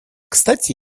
кстати